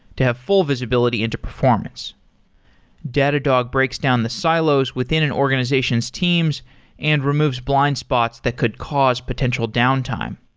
to have full visibility into performance datadog breaks down the silos within an organization's teams and removes blind spots that could cause potential downtime.